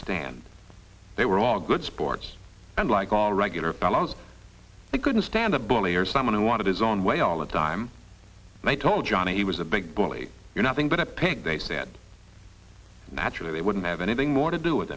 stand they were all good sports and like all regular fellows they couldn't stand a bully or someone who wanted his own way all the time they told johnny he was a big bully you're nothing but a pig they said naturally they wouldn't have anything more to do with